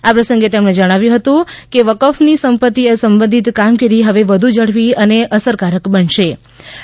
આ પ્રસંગે તેમણે જણાવ્યુ હતું કે વકફની સંપત્તિ સંબધિત કામગીરી હવે વધુ ઝડપી અને અસરકારક બનશે છે